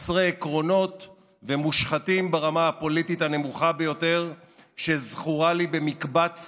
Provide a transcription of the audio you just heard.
חסרי עקרונות ומושחתים ברמה הפוליטית הנמוכה ביותר שזכורה לי במקבץ